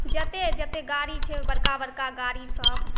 जतेक जतेक गाड़ी छै बड़का बड़का गाड़ीसब